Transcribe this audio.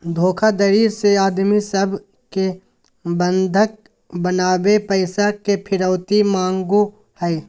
धोखाधडी से आदमी सब के बंधक बनाके पैसा के फिरौती मांगो हय